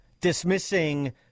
dismissing